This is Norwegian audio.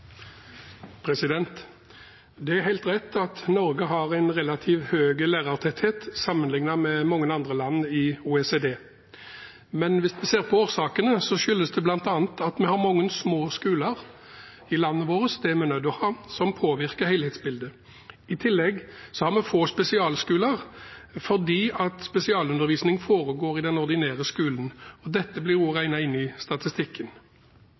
rett at Norge har relativt høy lærertetthet sammenlignet med mange andre land i OECD. Men hvis vi ser på årsakene, skyldes det bl.a. at vi har mange små skoler i landet vårt – det er vi nødt til å ha – som påvirker helhetsbildet. I tillegg har vi få spesialskoler, fordi spesialundervisning foregår i den ordinære skolen. Dette blir også regnet inn i statistikken.